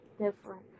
different